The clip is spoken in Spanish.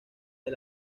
del